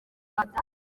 rwanda